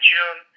June